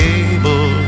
able